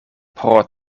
pro